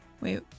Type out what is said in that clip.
wait